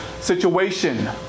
situation